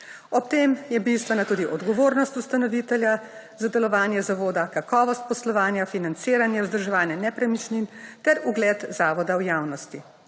Ob tej je bistvena tudi odgovornost ustanovitelja za delovanje zavoda, kakovost poslovanja, financiranje, vzdrževanje nepremičnin, ter ogled zavoda v javnosti.